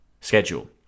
schedule